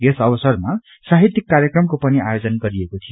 यस अवसरमा साहित्यिक कार्यक्रमकोपनि आयोजन गरिएको थियो